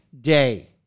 day